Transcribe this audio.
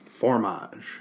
Formage